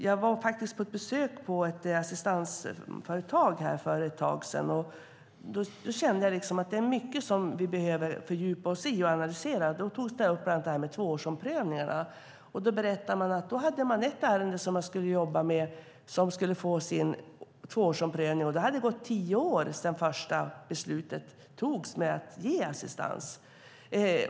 Jag var på ett besök på ett assistansföretag för ett tag sedan och kände då att det är mycket som vi behöver fördjupa oss i och analysera. Där togs upp bland annat tvåårsomprövningarna. Man berättade att man jobbade med ett ärende som skulle få sin tvåårsomprövning, och det hade gått tio år sedan det första beslutet fattades om att bevilja assistans.